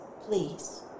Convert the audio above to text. please